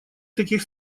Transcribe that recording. таких